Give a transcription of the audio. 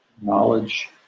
knowledge